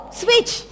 switch